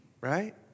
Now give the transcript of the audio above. right